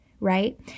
right